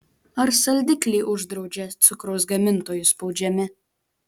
ar saldiklį uždraudžia cukraus gamintojų spaudžiami